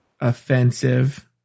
Offensive